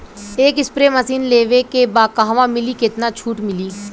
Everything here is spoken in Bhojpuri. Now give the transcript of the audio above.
एक स्प्रे मशीन लेवे के बा कहवा मिली केतना छूट मिली?